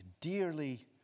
dearly